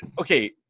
Okay